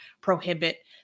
prohibit